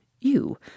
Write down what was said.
you